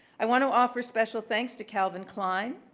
i want to offer special thanks to calvin klein.